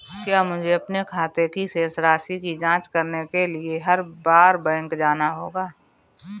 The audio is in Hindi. क्या मुझे अपने खाते की शेष राशि की जांच करने के लिए हर बार बैंक जाना होगा?